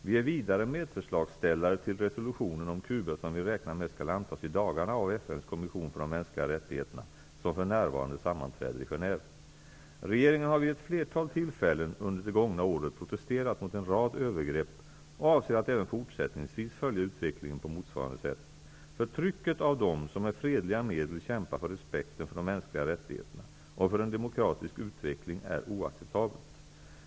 Vi är vidare medförslagsställare till resolutionen om Cuba, som vi räknar med skall antas i dagarna av FN:s kommission för de mänskliga rättigheterna och som för närvarande sammanträder i Genève. Regeringen har vid ett flertal tillfällen under det gångna året protesterat mot en rad övergrepp och avser att även fortsättningsvis följa utvecklingen på motsvarande sätt. Förtrycket av dem som med fredliga medel kämpar för respekten för de mänskliga rättigheterna och för en demokratisk utveckling är oacceptabelt.